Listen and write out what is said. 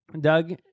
Doug